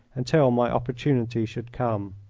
until my opportunity should come.